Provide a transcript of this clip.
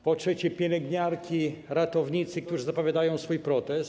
Po trzecie, pielęgniarki, ratownicy, którzy zapowiadają swój protest.